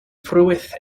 ffrwyth